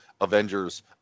Avengers